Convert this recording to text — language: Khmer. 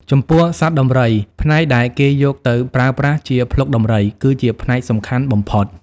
ចំពោះសត្វដំរី ផ្នែកដែលគេយកទៅប្រើប្រាស់ជាភ្លុកដំរី គឺជាផ្នែកសំខាន់បំផុត។